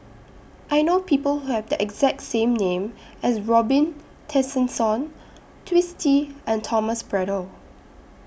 I know People Who Have The exact same name as Robin Tessensohn Twisstii and Thomas Braddell